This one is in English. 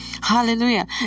Hallelujah